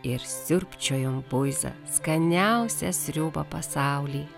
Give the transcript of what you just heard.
ir siurbčiojom buizą skaniausią sriubą pasauly